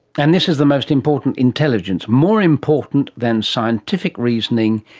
and this is the most important intelligence, more important than scientific reasoning,